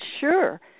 sure